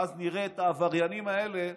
ואז נראה את העבריינים האלה,